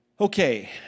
Okay